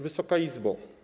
Wysoka Izbo!